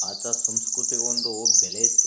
ಆತ ಸಂಸ್ಕೃತಿಗೊಂದು ಬೆಲೆಯಿತ್ತು